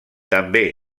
també